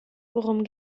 worum